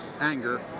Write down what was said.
anger